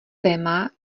téma